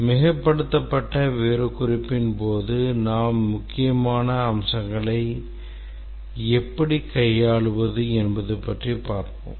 மிகைப்படுத்தப்பட்ட விவரக்குறிப்பின் மூலம் நாம் முக்கியமாக அம்சங்களைப் "எப்படி" கையாளுவது என்பது பற்றி பார்ப்போம்